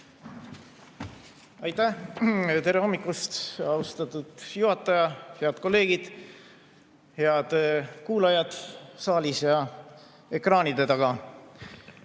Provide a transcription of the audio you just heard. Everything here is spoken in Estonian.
Sõerdi. Tere hommikust, austatud juhataja ja head kolleegid! Head kuulajad saalis ja ekraanide taga!